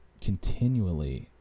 continually